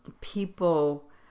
people